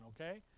Okay